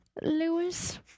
Lewis